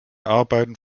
arbeiten